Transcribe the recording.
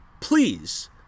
please